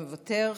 מוותר,